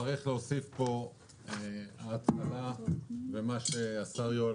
צריך להוסיף פה על התמונה ועל מה שהשר יואל